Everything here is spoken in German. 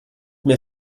mehr